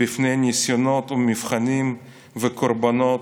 בפני ניסיונות, מבחנים וקורבנות,